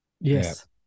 Yes